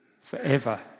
forever